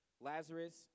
Lazarus